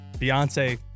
Beyonce